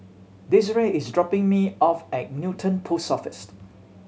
Desirae is dropping me off at Newton Post Office